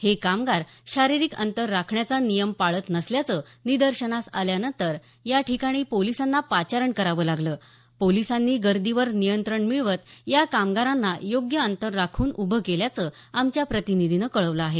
हे कामगार शारीरिक अंतर राखण्याचा नियम पाळत नसल्याचं निदर्शनास आल्यानंतर या ठिकाणी पोलीसांना पाचारण करावं लागलं पोलिसांनी गर्दीवर नियंत्रण मिळवत या कामगारांना योग्य अंतर राखून उभं केल्याचं आमच्या प्रतिनिधीनं कळवलं आहे